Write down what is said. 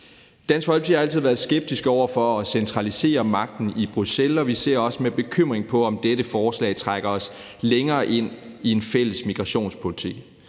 Dansk Folkeparti har altid været skeptisk over for at centralisere magten i Bruxelles, og vi ser også med bekymring på, om dette forslag trækker os længere ind i en fælles migrationspolitik.